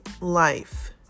life